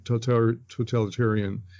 totalitarian